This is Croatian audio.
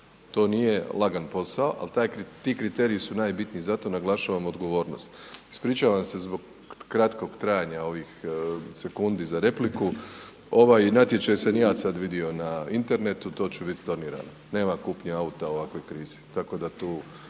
to nije lagan posao ali ti kriteriji su najbitniji, zato naglašavamo odgovornost. Ispričavam se zbog kratkog trajanja ovih sekundi za repliku, ovaj natječaj sam i ja sad vidio na internetu, to će biti stornirano. Nema kupnje auta u ovakvoj krizi,